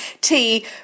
tea